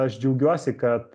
aš džiaugiuosi kad